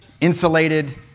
insulated